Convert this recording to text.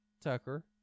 Tucker